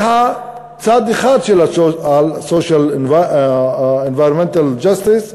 זה צד אחד של הSocial-Environmental Justice,